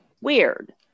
weird